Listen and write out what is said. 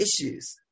issues